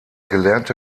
gelernte